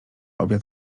obiad